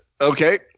okay